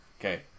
Okay